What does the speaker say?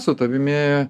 su tavimi